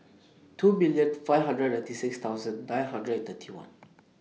two million five hundred ninety six thousand nine hundred and thirty one